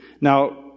Now